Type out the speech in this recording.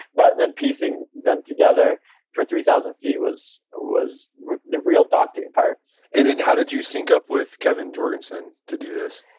but then piecing them together for three thousand feet was was the real daunting part and then how did you sync up with kevin jorgensen to do this?